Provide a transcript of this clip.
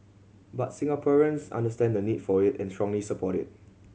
but Singaporeans understand the need for it and strongly support it